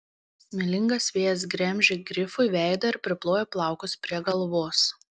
smėlingas vėjas gremžė grifui veidą ir priplojo plaukus prie galvos